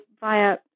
via